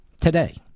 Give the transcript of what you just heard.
Today